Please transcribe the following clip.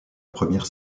première